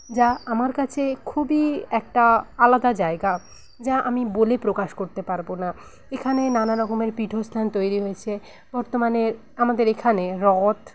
যা আমার কাছে খুবই একটা আলাদা জায়গা যা আমি বলে প্রকাশ করতে পারবো না এখানে নানারকমের পীঠস্থান তৈরি হয়েছে বর্তমানে আমাদের এখানে রথ